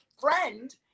friend